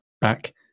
back